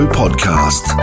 podcast